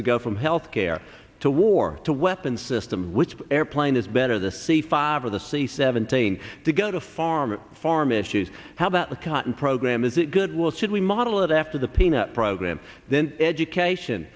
to go from health air to war to weapon system which airplane is better the c five or the c seventeen to go to farm farm issues how about the cotton program is it good will should we model it after the peanut program then education